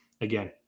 Again